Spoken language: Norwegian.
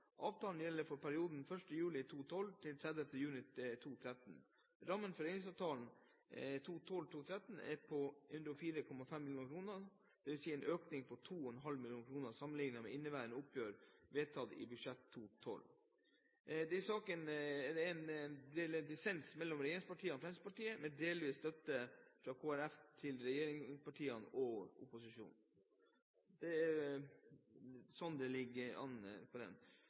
Avtalen gjelder for perioden 1. juli 2012–30. juni 2013. Rammen for reindriftsavtalen 2012/2013 er på 104,5 mill. kr. Dette er en økning på 2,5 mill. kr sammenlignet med inneværende oppgjør etter vedtatt budsjett for 2012. Det er i saken dissens mellom regjeringspartiene og Fremskrittspartiet og Høyre, med delvis støtte fra Kristelig Folkeparti til regjeringspartiene og opposisjonen. Det er sånn det ligger